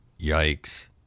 Yikes